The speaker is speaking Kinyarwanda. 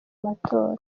matora